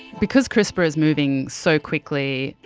because crispr is moving so quickly,